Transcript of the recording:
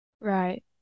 Right